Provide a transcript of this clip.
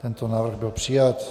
Tento návrh byl přijat.